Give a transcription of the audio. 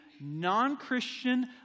non-Christian